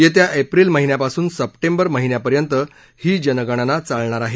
येत्या एप्रिल महिन्यापासून सप्टेंबर महिन्यापर्यंत ही जनगणना चालणार आहे